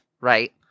right